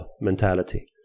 mentality